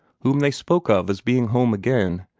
whom they spoke of as being home again,